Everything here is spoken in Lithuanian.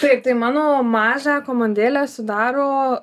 taip tai mano mažą komandėlę sudaro